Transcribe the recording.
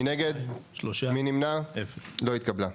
2 נגד, 3 נמנעים, 0 ההסתייגות לא התקבלה.